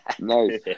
Nice